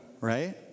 right